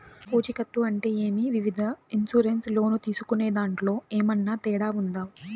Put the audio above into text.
పూచికత్తు అంటే ఏమి? వివిధ ఇన్సూరెన్సు లోను తీసుకునేదాంట్లో ఏమన్నా తేడా ఉందా?